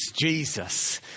Jesus